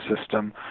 system